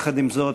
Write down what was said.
יחד עם זאת,